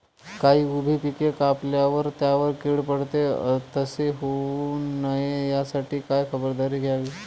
काही उभी पिके कापल्यावर त्यावर कीड पडते, तसे होऊ नये यासाठी काय खबरदारी घ्यावी?